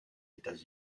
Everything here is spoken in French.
états